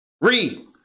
Read